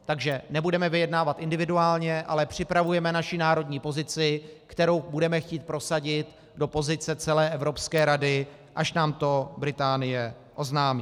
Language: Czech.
Takže nebudeme vyjednávat individuálně, ale připravujeme naši národní pozici, kterou budeme chtít prosadit do pozice celé Evropské rady, až nám to Británie oznámí.